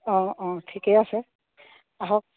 অঁ অঁ ঠিকেই আছে আহক